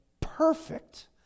perfect